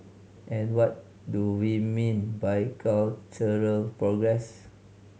and what do we mean by cultural progress